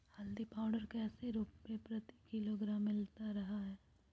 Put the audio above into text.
हल्दी पाउडर कैसे रुपए प्रति किलोग्राम मिलता रहा है?